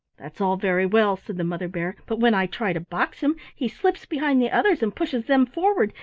that's all very well, said the mother bear, but when i try to box him he slips behind the others and pushes them forward,